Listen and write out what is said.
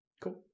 Cool